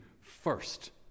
first